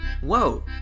Whoa